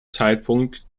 zeitpunkt